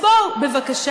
אז בואו בבקשה,